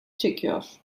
çekiyor